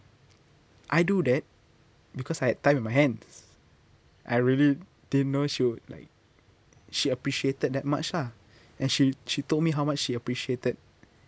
I do that because I had time on my hands I really didn't know she would like she appreciated that much lah and she she told me how much she appreciated